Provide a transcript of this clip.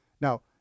Now